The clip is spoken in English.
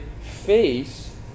face